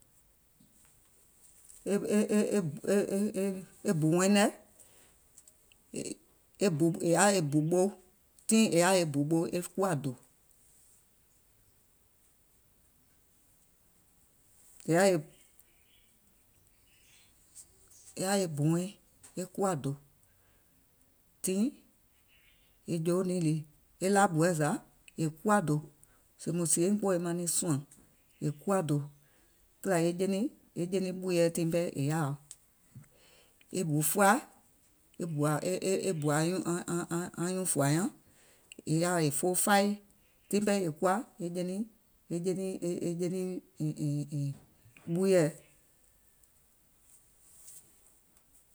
E e e e e e bù wɛiŋ nɛ̀ è è è yaà e bù ɓou, tiŋ è yaà e bù ɓou, e kuwa dò, e laa buɛ̀ zà, è kuwa dò, sèè mùŋ sìeiŋ kpooì maŋ niŋ suàŋ, è kuwa dò, kìlà e je niŋ e je niŋ ɓuuyèɛ tiŋ pɛɛ è yaào. E bù fuaà, e bù aŋ aŋ aŋ anyuùŋ fùà nyaŋ è yaà è foo fai, tiŋ pɛɛ è kuwa e je niŋ e je niŋ e je niŋ, ɛ̀ŋ ɛ̀ŋ ɛ̀ŋ e ɓuuyèɛ.